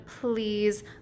please